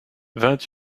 vingt